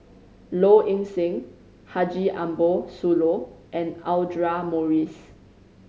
Low Ing Sing Haji Ambo Sooloh and Audra Morrice